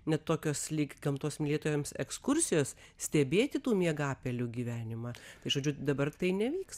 net tokios lyg gamtos mylėtojams ekskursijos stebėti tų miegapelių gyvenimą tai žodžiu dabar tai nevyks